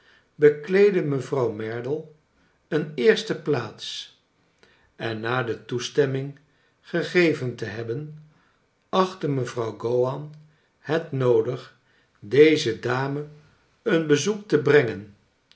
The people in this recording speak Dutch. bekleedde mevrouw merdle een eerste plaats en na de toestemming gegeven te hebben achtte mevrouw gowan het noodig deze dame een bezoek te brengen